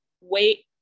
wait